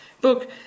book